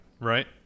right